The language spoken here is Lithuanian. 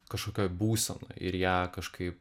kažkokioj būsenoj ir ją kažkaip